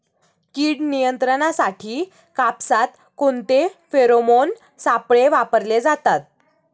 कीड नियंत्रणासाठी कापसात कोणते फेरोमोन सापळे वापरले जातात?